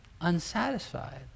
unsatisfied